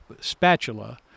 spatula